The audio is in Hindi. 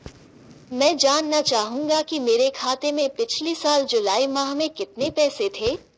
मैं जानना चाहूंगा कि मेरे खाते में पिछले साल जुलाई माह में कितने पैसे थे?